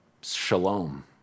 shalom